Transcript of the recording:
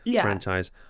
Franchise